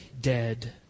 dead